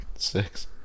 six